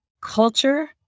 culture